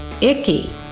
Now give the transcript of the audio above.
Icky